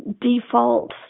default